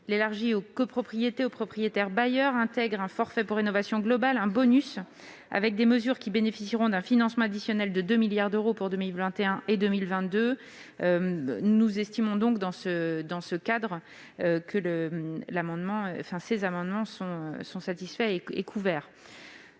l'élargissant aux copropriétés, aux propriétaires bailleurs, en intégrant un forfait pour rénovation globale, un bonus, avec des mesures qui bénéficieront d'un financement additionnel de 2 milliards d'euros pour 2021 et 2022. Nous estimons donc que ces amendements sont satisfaits.